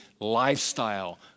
lifestyle